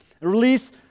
release